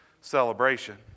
celebration